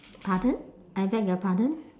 pardon I beg your pardon